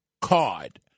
card